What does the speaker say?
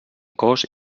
cos